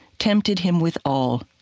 tempted him with all,